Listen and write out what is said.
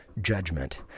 judgment